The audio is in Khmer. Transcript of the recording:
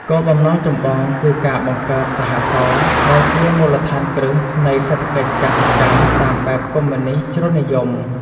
គោលបំណងចម្បងគឺការបង្កើត "សហករណ៍" ដែលជាមូលដ្ឋានគ្រឹះនៃសេដ្ឋកិច្ចកសិកម្មតាមបែបកុម្មុយនីស្តជ្រុលនិយម។